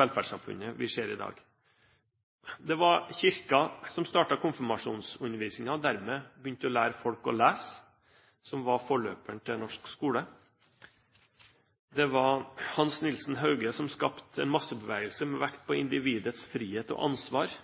velferdssamfunnet vi ser i dag. Det var Kirken som startet konfirmasjonsundervisningen og dermed begynte å lære folk å lese, som var forløperen til norsk skole. Det var Hans Nielsen Hauge som skapte en massebevegelse med vekt på individets frihet og ansvar,